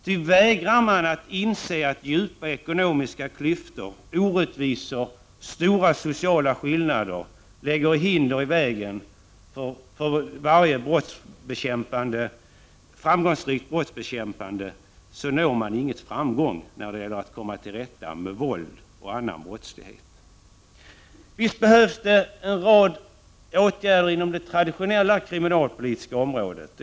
Ty vägrar man att inse att djupa ekonomiska klyftor, orättvisor och stora sociala skillnader lägger hinder i vägen för varje framgångsrikt brottsbekämpande når man inga resultat när det gäller att komma till rätta med våld och annan brottslighet. Visst behövs det en rad åtgärder inom det traditionella kriminalpolitiska området.